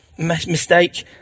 Mistake